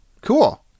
Cool